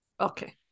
Okay